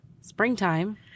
springtime